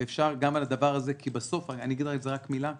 כי בסוף אני אגיד על זה רק מילה קטנה...